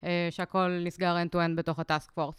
שהכל נסגר end-to-end בתוך ה-Task Force.